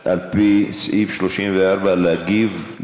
אגב, ידעת שיש רופא מנתח משיבא, רופא לב, מנתח לב,